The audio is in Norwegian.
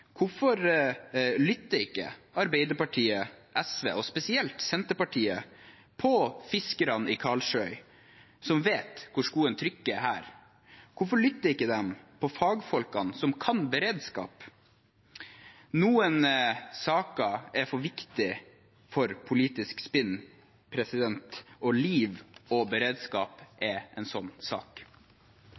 Hvorfor lytter ikke Arbeiderpartiet, SV og spesielt Senterpartiet til fiskerne i Karlsøy, som vet hvor skoen trykker? Hvorfor lytter de ikke til fagfolkene som kan beredskap? Noen saker er for viktige for politisk spinn, og liv og beredskap er en sånn sak.